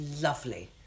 lovely